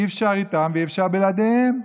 אי-אפשר איתם ואי-אפשר בלעדיהם.